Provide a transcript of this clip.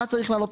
מה צריך להעלות.